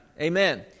Amen